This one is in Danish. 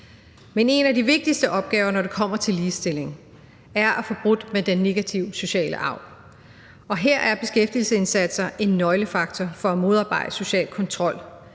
Men en af de vigtigste opgaver, når det kommer til ligestilling, er at få brudt med den negative sociale arv. Og her er beskæftigelsesindsatser en nøglefaktor for at modarbejde social kontrol.